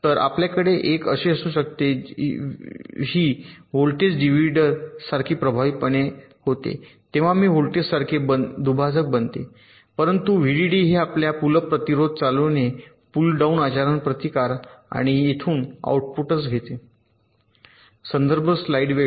तर आपल्याकडे एक असू शकते जेव्हा ही व्होल्टेज डिव्हिडरसारखी प्रभावीपणे होते तेव्हा मी व्होल्टेजसारखे बनते दुभाजक म्हणून येथे व्हीडीडी हे आपले पुल अप प्रतिरोध चालविणे पुल डाउन आचरण प्रतिकार आणि हे येथून आउटपुट घेते